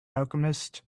alchemist